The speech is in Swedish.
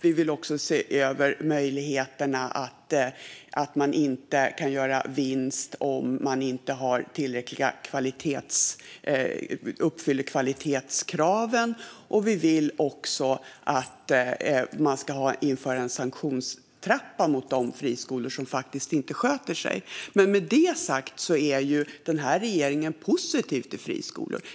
Vi vill också se över möjligheterna att man inte kan göra vinst om man inte uppfyller kvalitetskraven. Vi vill också att det ska införas en sanktionstrappa mot de friskolor som inte sköter sig. Med detta sagt är regeringen positiv till friskolor.